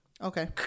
Okay